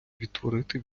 відтворити